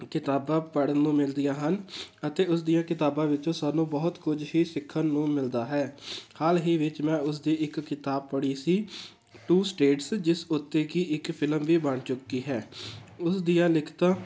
ਕਿਤਾਬਾਂ ਪੜ੍ਹਨ ਨੂੰ ਮਿਲਦੀਆਂ ਹਨ ਅਤੇ ਉਸ ਦੀਆਂ ਕਿਤਾਬਾਂ ਵਿੱਚੋਂ ਸਾਨੂੰ ਬਹੁਤ ਕੁਝ ਹੀ ਸਿੱਖਣ ਨੂੰ ਮਿਲਦਾ ਹੈ ਹਾਲ ਹੀ ਵਿੱਚ ਮੈਂ ਉਸਦੀ ਇੱਕ ਕਿਤਾਬ ਪੜ੍ਹੀ ਸੀ ਟੂ ਸਟੇਟਸ ਜਿਸ ਉੱਤੇ ਕਿ ਇੱਕ ਫਿਲਮ ਵੀ ਬਣ ਚੁੱਕੀ ਹੈ ਉਸ ਦੀਆਂ ਲਿਖਤਾਂ